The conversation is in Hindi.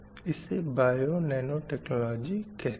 इसे बायोनैनोटेक्नॉलजी कहते हैं